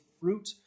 fruit